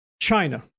China